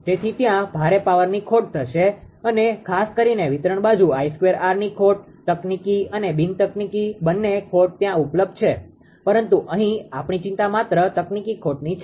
તેથી ત્યાં ભારે પાવરની ખોટ થશે અને ખાસ કરીને વિતરણ બાજુ 𝐼2𝑟ની ખોટ તકનીકી અને બિન તકનીકી બંને ખોટ ત્યાં ઉપલબ્ધ છે પરંતુ અહીં આપણી ચિંતા માત્ર તકનીકી ખોટની છે